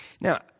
Now